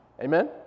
Amen